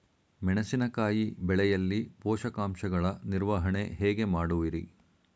ಮೆಣಸಿನಕಾಯಿ ಬೆಳೆಯಲ್ಲಿ ಪೋಷಕಾಂಶಗಳ ನಿರ್ವಹಣೆ ಹೇಗೆ ಮಾಡುವಿರಿ?